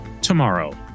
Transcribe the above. tomorrow